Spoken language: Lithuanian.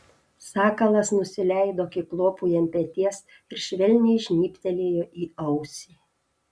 sakalas nusileido kiklopui ant peties ir švelniai žnybtelėjo į ausį